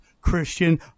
Christian